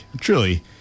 truly